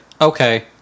Okay